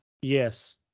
Yes